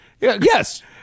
Yes